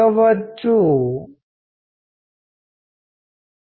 మనము communication channels గురించి ముందే మాట్లాడాము